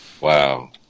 Wow